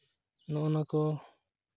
ᱱᱚᱜᱼᱚ ᱱᱚᱣᱟ ᱠᱚ